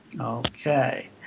Okay